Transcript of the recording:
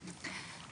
גבעון.